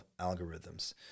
algorithms